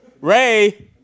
Ray